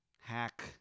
Hack